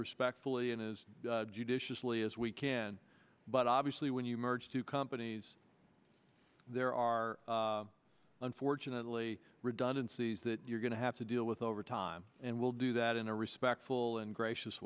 respectfully as judiciously as we can but obviously when you merge two companies there are unfortunately redundancies that you're going to have to deal with over time and we'll do that in a respectful and gracious